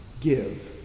give